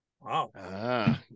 Wow